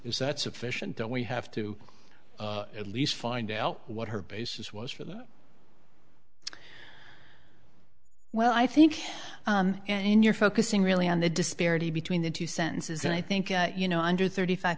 is that sufficient don't we have to at least find out what her basis was for that well i think in your focusing really on the disparity between the two sentences and i think you know under thirty five